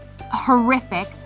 horrific